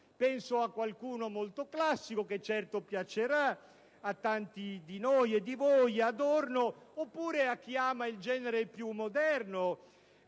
Penso a qualche autore molto classico che certo piacerà a tanti di noi e voi, come Adorno, oppure, per chi ama il genere più moderno,